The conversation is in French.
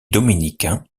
dominicains